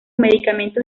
medicamentos